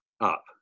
up